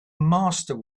master